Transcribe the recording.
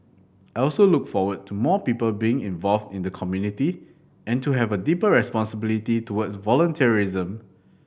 I also look forward to more people being involved in the community and to have a deeper responsibility towards volunteerism